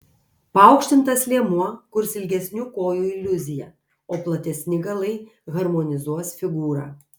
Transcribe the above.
paaukštintas liemuo kurs ilgesnių kojų iliuziją o platesni galai harmonizuos figūrą